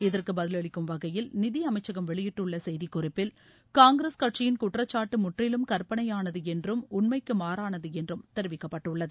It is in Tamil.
இதற்கு பதிலளிக்கும் வகையில் நிதி அமைச்சகம் வெளியிட்டுள்ள செய்திக்குறிப்பில் காங்கிரஸ் கட்சியின் குற்றச்சாட்டு முற்றிலும் கற்பனையானது என்றும் உண்மைக்கு மாறானது என்றும் தெரிவிக்கப்பட்டுள்ளது